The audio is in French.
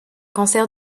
cancer